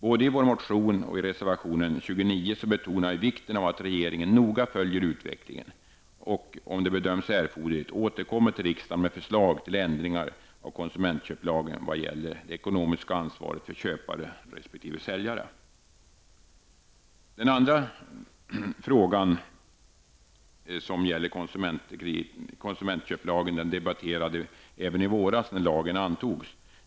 Både i vår motion och i reservation 29 betonar vi vikten av att regeringen noga följer utvecklingen och -- om det bedöms erforderligt -- återkommer till riksdagen med förslag till ändringar av konsumentköplagen i vad gäller det ekonomiska ansvaret för köpare och säljare. Den andra frågan, som gäller konsumentköplagen, debatterade vi även i våras när lagen antogs.